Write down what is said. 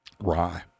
rye